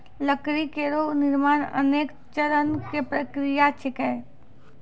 लकड़ी केरो निर्माण अनेक चरण क प्रक्रिया छिकै